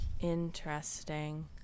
Interesting